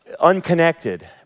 unconnected